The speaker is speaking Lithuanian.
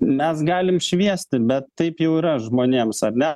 mes galim šviesti bet taip jau yra žmonėms ar ne